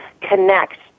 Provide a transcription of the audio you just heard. connect